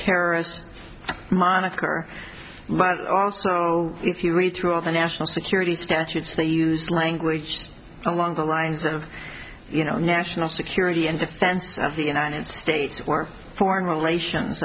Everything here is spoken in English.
terrorist moniker but if you read through all the national security statutes they use language along the lines of you know national security and defense of the united states or foreign relations